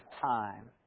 time